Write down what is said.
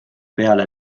peale